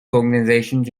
organizations